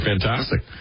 fantastic